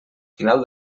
final